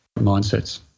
mindsets